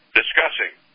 discussing